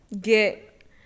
Get